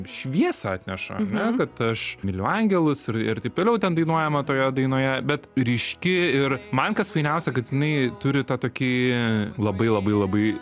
šviesą atneša ane kad aš myliu angelus ir ir taip toliau ten dainuojama toje dainoje bet ryški ir man kas fainiausia kad jinai turi tą tokį labai labai labai